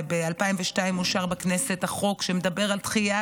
וב-2002 אושר בכנסת החוק שמדבר על דחיית